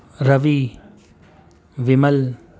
روی ومل